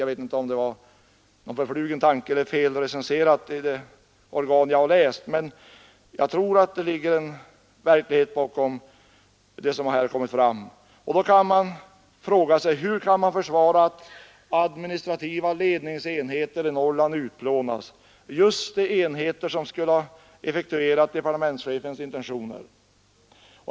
Jag vet inte om det var en förflugen tanke eiler felrecenserat i det organ jag har läst, men jag tror att det ligger en verklighet bakom, och då kan man fråga sig hur det går att försvara att administrativa ledningsenheter i Norrland utplånas — just de enheter som skulle ha effektuerat departementschefens intentioner.